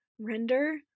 Render